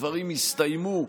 הדברים יסתיימו,